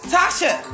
Tasha